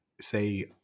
say